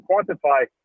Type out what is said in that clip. quantify